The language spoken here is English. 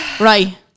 right